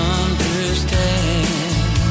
understand